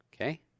Okay